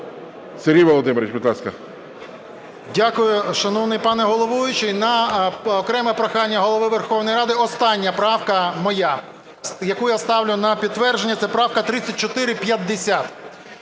ВЛАСЕНКО С.В. Дякую, шановний пане головуючий. На окреме прохання Голови Верховної Ради, остання правка моя, яку ставлю на підтвердження, це правка 3450.